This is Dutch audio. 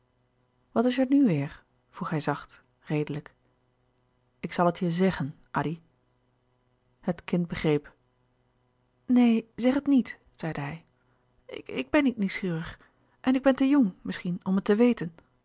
wat is er nu weêr vroeg hij zacht redelijk ik zal het je zèggen addy het kind begreep neen zeg het niet zeide hij ik ben niet nieuwsgierig en ik ben te jong misschien om het te weten